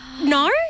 No